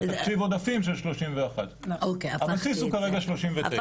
ותקציב עודפים של 31. הבסיס כרגע הוא 39. בסדר,